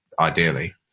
ideally